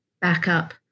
backup